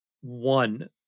one